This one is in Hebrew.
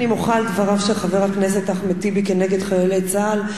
אני מוחה על דבריו של חבר הכנסת אחמד טיבי נגד חיילי צה"ל,